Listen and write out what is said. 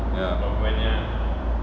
ya